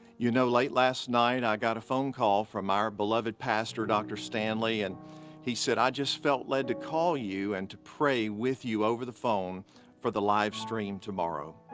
you know, late last night i got a phone call from our beloved pastor dr. stanley and he said i just felt led to call you and to pray with you over the phone for the live stream tomorrow.